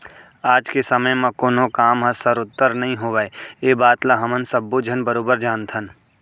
आज के समे म कोनों काम ह सरोत्तर नइ होवय ए बात ल हमन सब्बो झन बरोबर जानथन